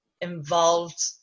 involved